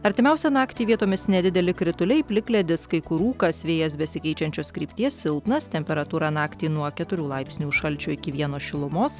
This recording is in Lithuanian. artimiausią naktį vietomis nedideli krituliai plikledis kai kur rūkas vėjas besikeičiančios krypties silpnas temperatūra naktį nuo keturių laipsnių šalčio iki vieno šilumos